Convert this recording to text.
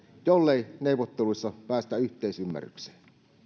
jollei neuvotteluissa päästä yhteisymmärrykseen